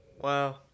Wow